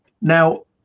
Now